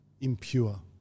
impure